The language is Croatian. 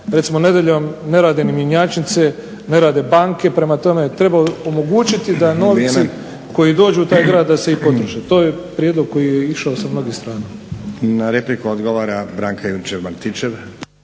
recimo nedjeljom ne rade ni mjenjačnice, ne rade banke prema tome treba omogućiti da novci koji dođu u taj grad da se i potroše, to je prijedlog koji je išao sa mnogih strana. **Stazić, Nenad (SDP)** Na repliku odgovara Branka Juričev-Martinčev.